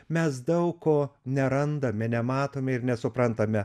mes daug ko nerandame nematome ir nesuprantame